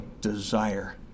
desire